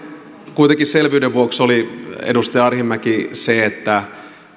kuitenkin oli selvyyden vuoksi edustaja arhinmäki se että